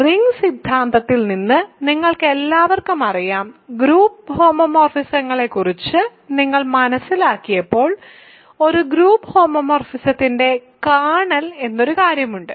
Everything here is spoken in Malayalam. ഗ്രൂപ്പ് സിദ്ധാന്തത്തിൽ നിന്ന് നിങ്ങൾക്കെല്ലാവർക്കും അറിയാം ഗ്രൂപ്പ് ഹോമോമോർഫിസങ്ങളെക്കുറിച്ച് നിങ്ങൾ മനസ്സിലാക്കിയപ്പോൾ ഒരു ഗ്രൂപ്പ് ഹോമോമോർഫിസത്തിന്റെ കേർണൽ എന്നൊരു കാര്യമുണ്ട്